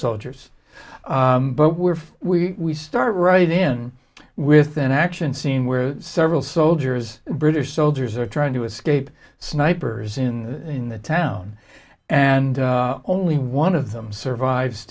soldiers but were we start right in with an action scene where several soldiers british soldiers are trying to scape snipers in in the town and only one of them survives